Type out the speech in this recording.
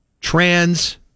trans